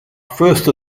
first